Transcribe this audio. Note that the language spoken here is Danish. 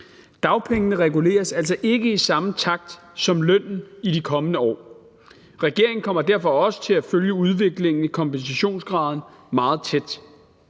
Dagpengene reguleres altså ikke i samme takt som lønnen i de kommende år. Kl. 13:44 Regeringen kommer derfor til at følge udviklingen i kompensationsgraden meget tæt,